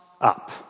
up